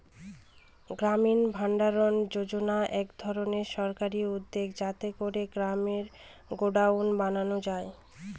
গ্রামীণ ভাণ্ডারণ যোজনা এক ধরনের সরকারি উদ্যোগ যাতে করে গ্রামে গডাউন বানানো যায়